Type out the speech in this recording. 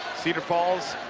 cedar falls,